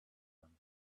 them